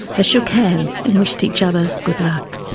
they shook hands and wished each other good luck.